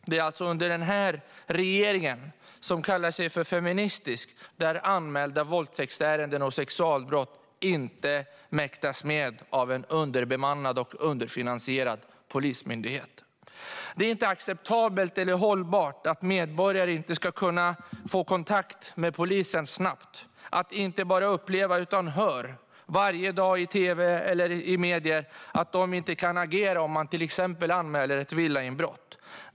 Det är alltså under den här regeringen, som kallar sig för feministisk, som anmälda våldtäktsärenden och sexualbrott inte mäktas med av en underbemannad och underfinansierad polismyndighet. Det är inte acceptabelt eller hållbart att medborgare inte snabbt ska kunna få kontakt med polisen och att de inte bara upplever utan också varje dag i medier hör att polisen inte kan agera om man till exempel anmäler ett villainbrott.